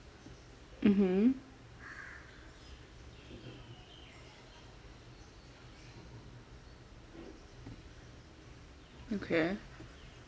mmhmm okay